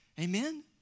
Amen